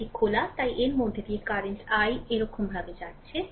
এটি খোলা তাই এর মধ্যে দিয়ে কারেন্ট i এরকম ভাবে যাচ্ছে